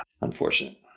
Unfortunate